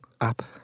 app